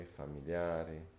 familiari